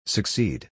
Succeed